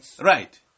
right